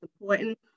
important